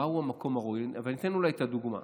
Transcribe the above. בדבר המקום הראוי, ואני אתן אולי את הדוגמה: